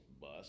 bus